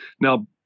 Now